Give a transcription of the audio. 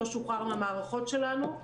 לא שוחרר מהמערכות שלנו.